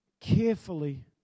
carefully